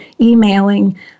emailing